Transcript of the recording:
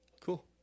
Cool